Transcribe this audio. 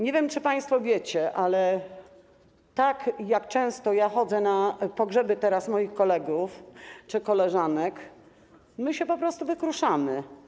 Nie wiem, czy państwo wiecie, ale ja teraz często chodzę na pogrzeby moich kolegów czy koleżanek - my się po prostu wykruszamy.